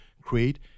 create